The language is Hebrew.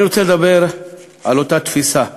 אני רוצה לדבר על אותה תפיסה,